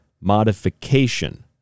modification